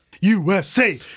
USA